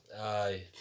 Aye